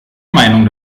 meinung